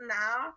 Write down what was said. now